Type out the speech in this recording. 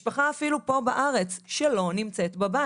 משפחה, אפילו פה בארץ, שלא נמצאת בבית.